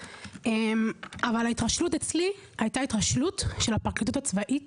במקרה שלי, היתה התרשלות של הפרקליטות הצבאית.